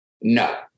No